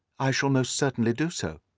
i shall most certainly do so.